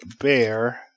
Bear